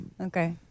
Okay